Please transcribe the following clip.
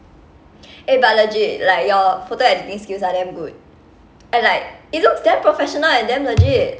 eh but legit like your photo editing skills are damn good and like it looks damn professional and damn legit